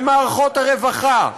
במערכות הרווחה,